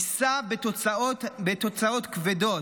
יישא בתוצאות כבדות.